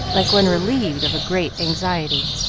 like one relieved of a great anxiety.